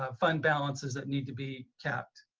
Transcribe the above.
ah fund balances that need to be kept.